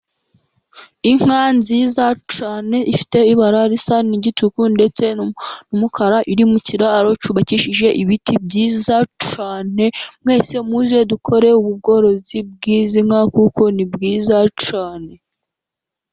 Inka nziza cyane, ifite ibara risa n'igicuku ndetse n'umukara iri mu kiraro cyubakishije ibiti byiza cyane, mwese muze dukore ubworozi bw'izi nka kuko ni bwiza cyane.